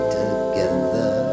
together